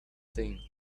thing